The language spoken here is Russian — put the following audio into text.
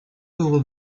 было